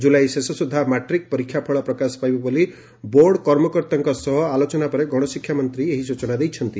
ଜୁଲାଇ ଶେଷ ସୁଦ୍ଧା ମାଟ୍ରିକ୍ ପରୀକ୍ଷା ଫଳ ପ୍ରକାଶ ପାଇବ ବୋଲି ବୋର୍ଡ଼ କର୍ମକର୍ତାଙ୍କ ସହ ଆଲୋଚନା ପରେ ଗଣଶିଷା ମନ୍ତୀ ସ୍ଚନା ଦେଇଛନ୍ତି